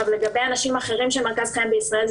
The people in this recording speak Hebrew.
לגבי אנשים אחרים שמרכז חייהם בישראל,